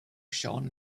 shone